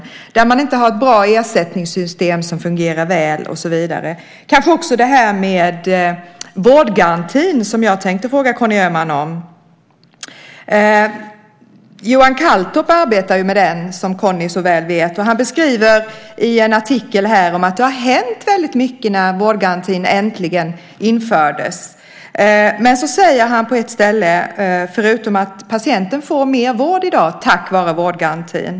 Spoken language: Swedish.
Där har man inte något bra ersättningssystem som fungerar väl och så vidare. Det gäller kanske också vårdgarantin, som jag tänkte fråga Conny Öhman om. Johan Calltorp arbetar med den, som Conny så väl vet. Han beskriver i en artikel att det har hänt mycket sedan vårdgarantin äntligen infördes. Men han säger något speciellt på ett ställe, förutom att patienten får mer vård i dag tack vare vårdgarantin.